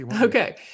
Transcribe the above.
Okay